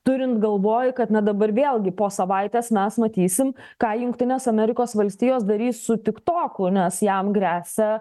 turint galvoj kad na dabar vėlgi po savaitės mes matysim ką jungtines amerikos valstijos darys su tiktoku nes jam gresia